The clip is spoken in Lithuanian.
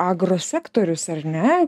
agro sektorius ar ne